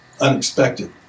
unexpected